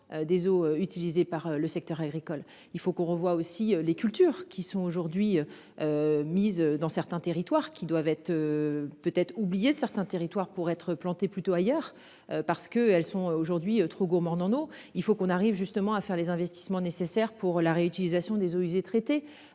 des eaux utilisées par le secteur agricole, il faut qu'on revoie aussi les cultures qui sont aujourd'hui. Mises dans certains territoires qui doivent être. Peut-être oublié de certains territoires pour être planté plutôt ailleurs parce que elles sont aujourd'hui trop gourmandes en eau. Il faut qu'on arrive justement à faire les investissements nécessaires pour la réutilisation des eaux usées traitées,